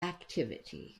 activity